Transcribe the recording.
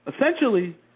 essentially